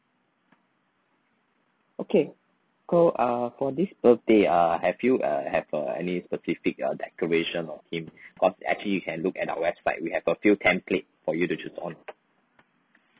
okay so uh for this birthday uh have you uh have a any specific uh decoration or theme cause actually you can look at our website we have a few template for you to choose on